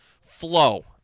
flow